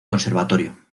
conservatorio